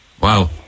Wow